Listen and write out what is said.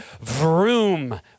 Vroom